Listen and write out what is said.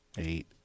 Eight